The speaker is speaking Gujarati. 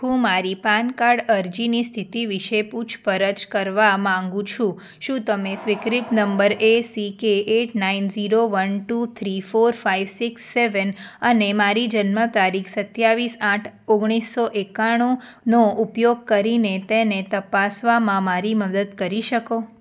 હું મારી પાન કાર્ડ અરજીની સ્થિતિ વિશે પૂછપરછ કરવા માંગુ છું શું તમે સ્વીક્રીત નંબર ACK eight nine zero one two three four five six seven અને મારી જન્મ તારીખ સત્તાવીસ આઠ ઓગણીસો એકાણું નો ઉપયોગ કરીને તેને તપાસવામાં મારી મદદ કરી શકો